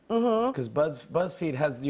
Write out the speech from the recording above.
cause but buzzfeed has, you